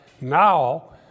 now